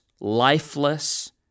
lifeless